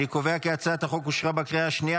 אני קובע כי הצעת החוק אושרה בקריאה השנייה.